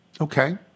Okay